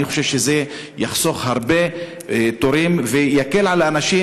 אני חושב שזה יחסוך הרבה תורים ויקל על האנשים